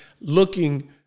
looking